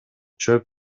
чөп